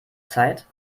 zeit